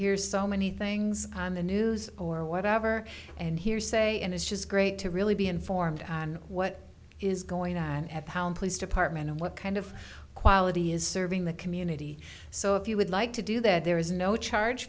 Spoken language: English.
hear so many things on the news or whatever and hearsay and it's just great to really be informed on what is going on at pound police department and what kind of quality is serving the community so if you would like to do that there is no charge